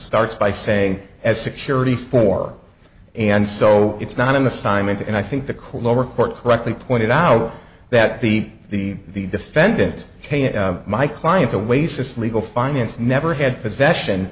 starts by saying as security for and so it's not an assignment and i think the core lower court correctly pointed out that the the the defendants my client away system legal finance never had possession